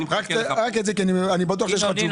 רק את זה כי אני בטוח שיש לך תשובות.